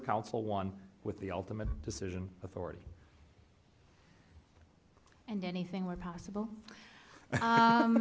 were counsel one with the ultimate decision authority and anything were possible